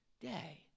day